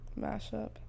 mashup